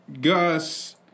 Gus